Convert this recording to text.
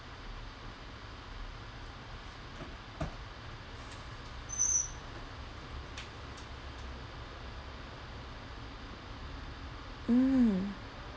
mm